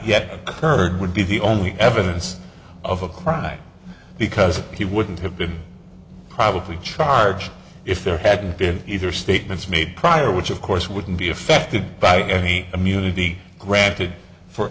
yet occurred would be the only evidence of a crime because he wouldn't have been privately charged if there had been either statements made prior which of course wouldn't be affected by any immunity granted for